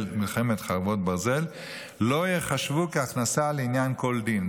מלחמת חרבות ברזל לא ייחשבו להכנסה לעניין כל דין.